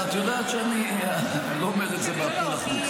את יודעת שאני לא אומר את זה מהפה ולחוץ.